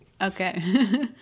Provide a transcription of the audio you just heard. Okay